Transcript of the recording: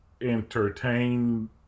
entertain